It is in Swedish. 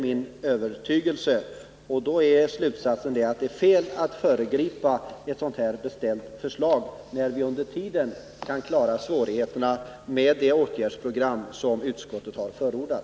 Min slutsats är att det är fel att föregripa det förslag vi har beställt, när man under tiden kan klara svårigheterna med det åtgärdsprogram som utskottet förordat.